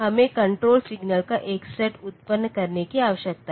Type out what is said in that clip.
हमें control signal का एक सेट उत्पन्न करने की आवश्यकता है